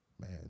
Man